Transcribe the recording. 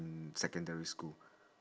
in secondary school